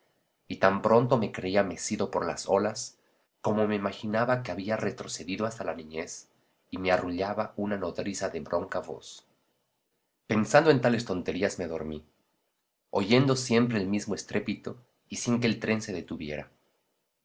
y tan pronto me creía mecido por las olas como me imaginaba que había retrocedido hasta la niñez y me arrullaba una nodriza de bronca voz pensando en tales tonterías me dormí oyendo siempre el mismo estrépito y sin que el tren se detuviera